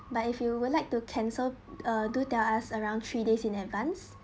but if you would like to cancel uh do tell us around three days in advance